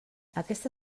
aquesta